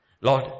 Lord